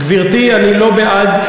גברתי, אני לא בעד.